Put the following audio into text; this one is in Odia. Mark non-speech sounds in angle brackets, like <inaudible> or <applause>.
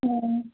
<unintelligible>